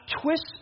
twist